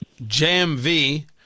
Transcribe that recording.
JMV